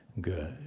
good